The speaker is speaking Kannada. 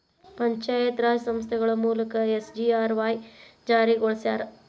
ಪಂಚಾಯತ್ ರಾಜ್ ಸಂಸ್ಥೆಗಳ ಮೂಲಕ ಎಸ್.ಜಿ.ಆರ್.ವಾಯ್ ಜಾರಿಗೊಳಸ್ಯಾರ